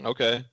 Okay